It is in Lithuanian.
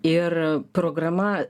ir programa